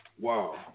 Wow